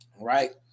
right